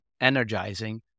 energizing